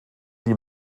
die